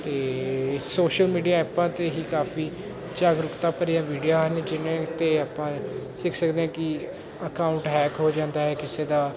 ਅਤੇ social media ਐਪਾਂ 'ਤੇ ਹੀ ਕਾਫੀ ਜਾਗਰੂਕਤਾ ਭਰੀਆਂ ਵੀਡੀਓ ਹਨ ਜਿਹਨਾਂ 'ਤੇ ਆਪਾਂ ਸਿੱਖ ਸਕਦੇ ਹਾਂ ਕਿ ਅਕਾਊਂਟ ਹੈਕ ਹੋ ਜਾਂਦਾ ਹੈ ਕਿਸੇ ਦਾ